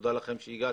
תודה לכם שהגעתם,